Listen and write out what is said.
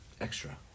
extra